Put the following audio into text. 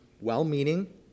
well-meaning